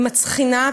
היא מצחינה,